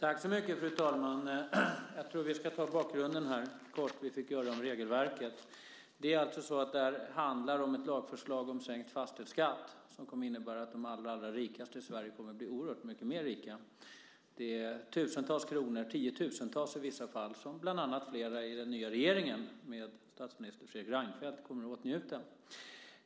Fru talman! Jag ska kort ta bakgrunden till det vi fick höra om regelverket. Det handlar om ett lagförslag om sänkt fastighetsskatt som innebär att de allra rikaste i Sverige kommer att bli oerhört rikare. Det handlar om tusentals och vissa fall tiotusentals kronor som bland annat flera i den nya regeringen, med statsminister Fredrik Reinfeldt i spetsen, kommer att åtnjuta.